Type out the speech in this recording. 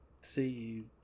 See